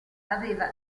aveva